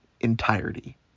entirety